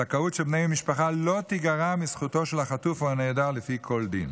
הזכאות של בני המשפחה לא תגרע מזכותו של החטוף או הנעדר לפי כל דין.